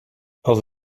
als